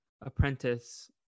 apprentice